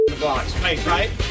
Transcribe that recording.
right